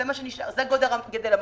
זה גדר המחלוקת.